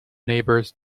neighbors